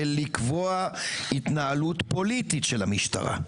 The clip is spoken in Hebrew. ולקבוע התנהלות פוליטית של המשטרה,